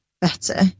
better